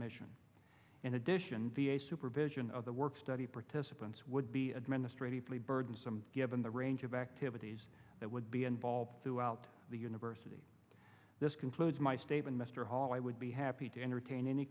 mission in addition v a supervision of the work study participants would be administratively burdensome given the range of activities that would be involved throughout the university this concludes my statement mr hall i would be happy to entertain any